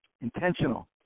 Intentional